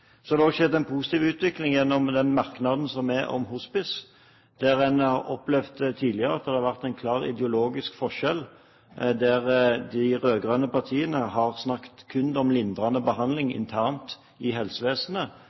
Så har det også skjedd en positiv utvikling gjennom den merknaden som er om hospice, der en har opplevd tidligere at det har vært en klar ideologisk forskjell, der de rød-grønne partiene kun har snakket om lindrende behandling internt i helsevesenet,